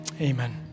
Amen